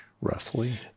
roughly